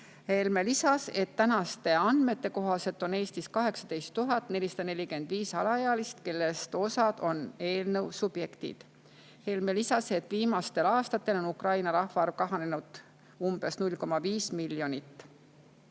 Helme lisas, et tänaste andmete kohaselt on Eestis 18 445 [Ukraina sõjapõgenikust] alaealist, kellest osa on eelnõu subjektid. Helme lisas, et viimastel aastatel on Ukraina rahvaarv kahanenud umbes 0,5 miljoni